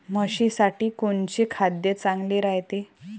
म्हशीसाठी कोनचे खाद्य चांगलं रायते?